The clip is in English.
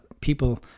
people